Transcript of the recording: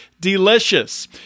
delicious